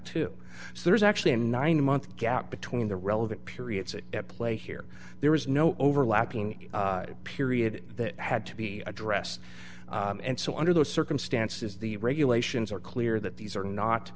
two so there is actually a nine month gap between the relevant periods at play here there is no overlapping period that had to be addressed and so under those circumstances the regulations are clear that these are not